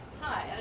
Hi